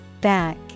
Back